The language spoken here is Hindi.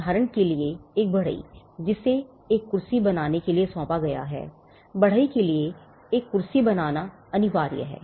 उदाहरण के लिए एक बढ़ई जिसे एक कुर्सी बनाने के लिए सौंपा गया है अब बढ़ई के लिए एक कुर्सी बनाना अनिवार्य है